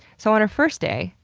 so, on her first day,